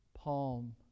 palm